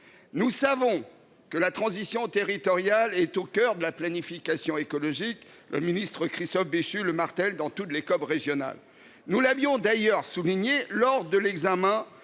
Nous savons que la transition territoriale est au cœur de la planification écologique : le ministre Christophe Béchu le martèle lors de toutes les COP régionales. Nous l’avions d’ailleurs souligné au moment de l’examen